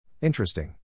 Interesting